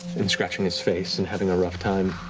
and scratching his face and having a rough time,